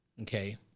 okay